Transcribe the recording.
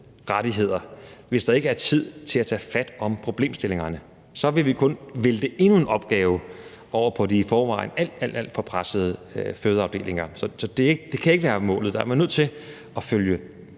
rettigheder, hvis der ikke er tid til at tage fat om problemstillingerne. Så vil vi kun vælte endnu en opgave over på de i forvejen alt, alt for pressede fødeafdelinger. Så det kan ikke være målet. Der er nødt til at følge